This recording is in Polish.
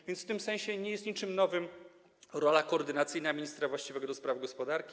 A więc w tym sensie nie jest niczym nowym tutaj rola koordynacyjna ministra właściwego do spraw gospodarki.